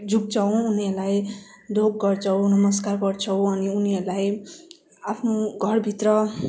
झुक्छौँ उनीहरूलाई ढोक गर्छौँ नमस्कार गर्छौँ अनि उनीहरूलाई आफ्नो घरभित्र